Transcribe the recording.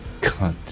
Cunt